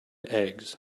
eggs